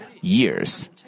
years